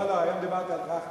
לא, לא, היום דיברתי על טרכטנברג.